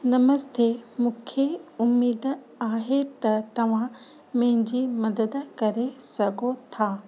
नमस्ते मूंखे उमेदु आहे त तव्हां मुंहिंजी मदद करे सघो था